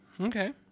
Okay